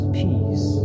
peace